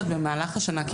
במהלך השנה.